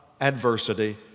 adversity